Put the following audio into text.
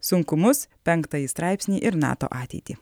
sunkumus penktąjį straipsnį ir nato ateitį